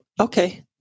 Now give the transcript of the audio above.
okay